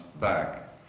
back